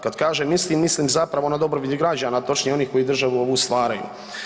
Kad kažem istim mislim zapravo na dobrobit građana točnije onih koji državu ovu stvaraju.